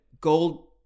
Gold